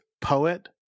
poet